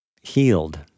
healed